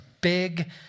big